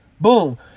boom